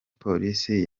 polisi